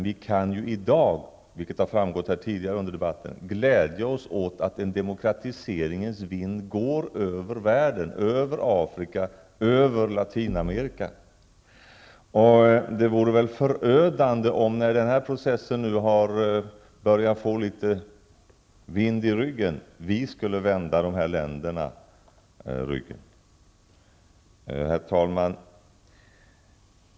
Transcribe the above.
Vi kan i dag -- vilket har framgått av debatten här tidigare -- glädja oss åt att en demokratiseringens vind går över världen, också över Afrika och Latinamerika. Det vore väl då förödande om vi nu, när den här processen börjar få litet medvind, skulle vända de här länderna ryggen. Herr talman!